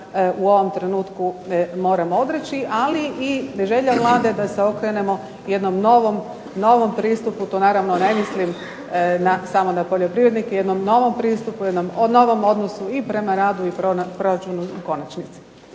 u ovom trenutku moramo odreći. Ali i želja Vlade da se okrenemo jednom novom pristupu. Tu naravno ne mislim samo na poljoprivrednike, jednom novom pristupu, jednom novom odnosu i prema radu i proračunu u konačnici.